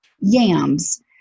yams